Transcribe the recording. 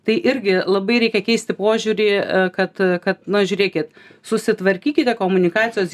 tai irgi labai reikia keisti požiūrį kad kad na žiūrėkit susitvarkykite komunikacijos